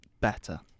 better